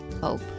hope